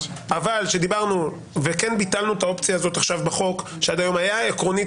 כן ביטלנו את האופציה הזאת בחוק כאשר עד היום עקרונית,